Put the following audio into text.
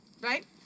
right